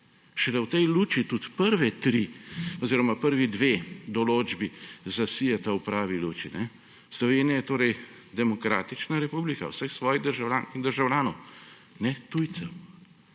Šele v tej luči tudi prve tri oziroma prvi dve določbi zasijeta v pravi luči. Slovenija je torej demokratična republika vseh svojih državljank in državljanov, ne tujcev.